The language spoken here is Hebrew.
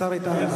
השר איתן,